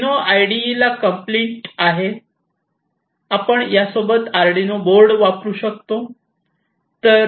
Arduino IDE ला complete आहे आपण या सोबत आर्डीनो बोर्ड वापरू शकतो